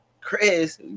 chris